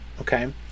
okay